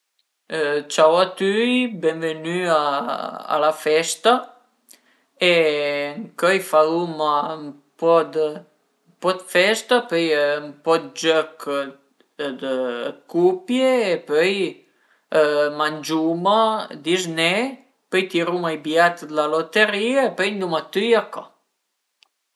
t'ie munta ën sima, pöi dopu büte sü ün pe, pöi dopu parte a pedalé e büte co sü l'aut pe, pöi dopu sël manubrìo l'as i fren e i cumand dël cambi ch'al e dupi davanti e nurmal daré, cuindi t'cambie tüte le marce e pöi davanti u dare, davanti pöle decidi se andé ën prima o ën secunda